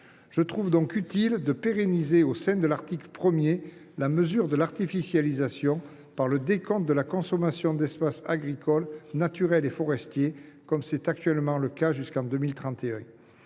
Je trouve donc utile de pérenniser, au sein de l’article 1, la mesure de l’artificialisation par le décompte de la consommation d’espaces naturels, agricoles et forestiers, les Enaf, comme c’est actuellement le cas jusqu’en 2031.